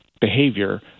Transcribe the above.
behavior